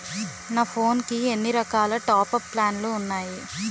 నా ఫోన్ కి ఎన్ని రకాల టాప్ అప్ ప్లాన్లు ఉన్నాయి?